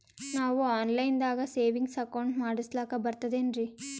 ನಾವು online ದಾಗ savings account ಮಾಡಸ್ಲಾಕ ಬರ್ತದೇನ್ರಿ?